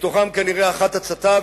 ומתוכן כנראה אחת הצתה,